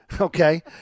Okay